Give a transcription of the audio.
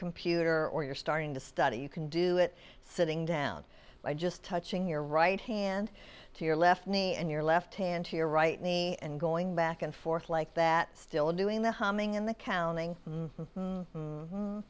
computer or you're starting to study you can do it sitting down by just touching your right hand to your left knee and your left hand to your right knee and going back and forth like that still doing the humming in the counting